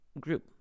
group